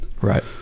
Right